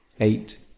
eight